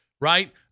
right